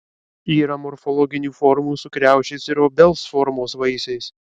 yra morfologinių formų su kriaušės ir obels formos vaisiais